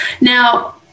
Now